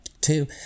two